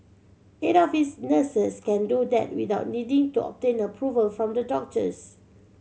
eight of its nurses can do that without needing to obtain approval from the doctors